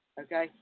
Okay